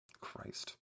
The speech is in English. Christ